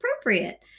appropriate